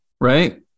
right